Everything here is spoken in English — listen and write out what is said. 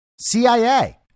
CIA